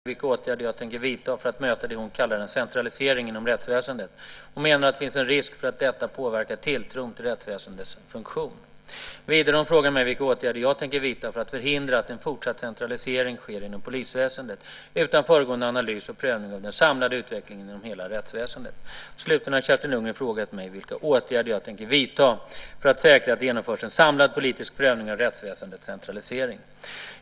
Fru talman! Kerstin Lundgren har frågat mig vilka åtgärder jag tänker vidta för att möta det hon kallar en centralisering inom rättsväsendet. Hon menar att det finns en risk för att detta påverkar tilltron till rättsväsendets funktion. Vidare har hon frågat mig vilka åtgärder jag tänker vidta för att förhindra att en fortsatt centralisering sker inom polisväsendet utan föregående analys och prövning av den samlade utvecklingen inom hela rättsväsendet. Slutligen har Kerstin Lundgren frågat mig vilka åtgärder jag tänker vidta för att säkra att det genomförs en samlad politisk prövning av rättsväsendets centralisering.